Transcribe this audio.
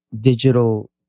digital